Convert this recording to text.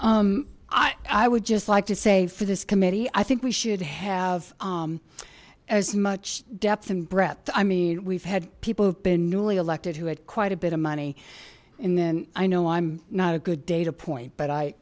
vincent i would just like to say for this committee i think we should have as much depth and breadth i mean we've had people have been newly elected who had quite a bit of money and then i know i'm not a good data point but i